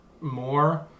more